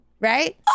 right